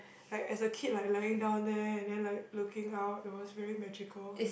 like as a kid like lying down there and then like looking out it was very magical